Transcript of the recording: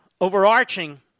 overarching